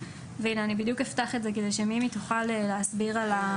והנה אני בדיוק אפתח את זה כדי שמימי תוכל להסביר על התהליך.